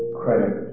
credit